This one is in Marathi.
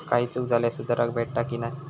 काही चूक झाल्यास सुधारक भेटता की नाय?